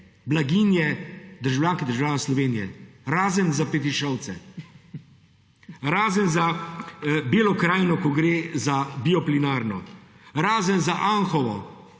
blaginje državljank in državljanov Slovenije.« Razen za Petišovce. Razen za Belo krajino, ko gre za bioplinarno. Razen za Anhovo,